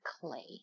clay